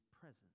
present